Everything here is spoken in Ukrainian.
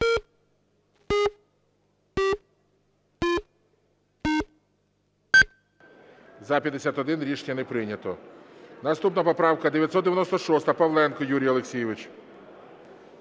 За-51 Рішення не прийнято. Наступна поправка 996, Павленко Юрій Олексійович.